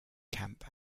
camp